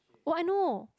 oh I know